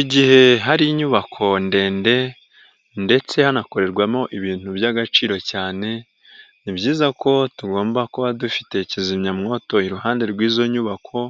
Igihe hari inyubako ndende ndetse hanakorerwamo ibintu by'agaciro cyane, ni byiza ko tugomba kuba dufite kizimyamwoto iruhande rw'izo nyubako